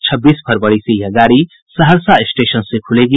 छब्बीस फरवरी से यह गाड़ी सहरसा स्टेशन से खूलेगी